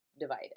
divided